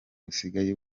busigaye